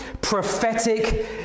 prophetic